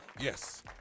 Yes